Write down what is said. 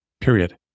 period